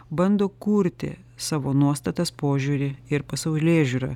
bando kurti savo nuostatas požiūrį ir pasaulėžiūrą